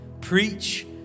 preach